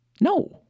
No